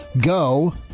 go